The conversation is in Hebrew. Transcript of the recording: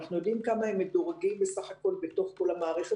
אנחנו יודעים כמה הם מדורגים בסך הכול בתוך כל המערכת